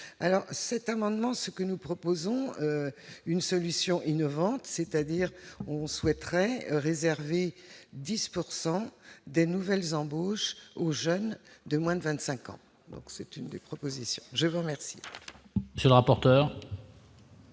cet amendement, ce que nous proposons une solution innovante, c'est-à-dire on souhaiterait réserver 10 pourcent des nouvelles embauches aux jeunes de moins de 25 ans, c'est une des propositions, je vous remercie.